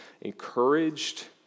encouraged